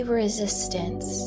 resistance